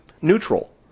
neutral